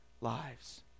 lives